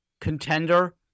contender